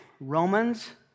Romans